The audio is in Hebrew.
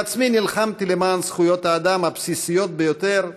בעצמי נלחמתי למען זכויות האדם הבסיסיות ביותר,